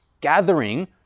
gathering